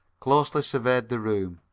closely surveyed the room.